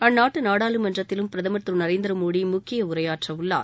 அந்நாட்டு நாடாளுமன்றத்திலும் பிரதமர் திரு நரேந்திரமோடி முக்கிய உரையாற்றவுள்ளார்